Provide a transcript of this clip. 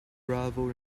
bravo